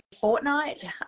fortnight